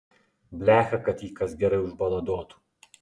blecha kad jį kas gerai užbaladotų